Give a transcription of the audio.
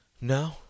No